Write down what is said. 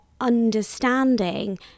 understanding